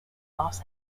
los